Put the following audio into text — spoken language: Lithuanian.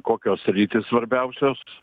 kokios sritys svarbiausios